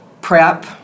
prep